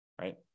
right